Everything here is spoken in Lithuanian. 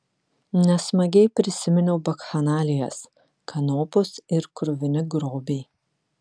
nesmagiai prisiminiau bakchanalijas kanopos ir kruvini grobiai